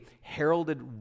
heralded